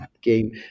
game